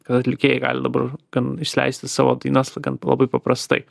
kada atlikėjai gali dabar ten išleisti savo dainas gan labai paprastai